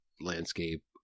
landscape